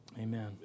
amen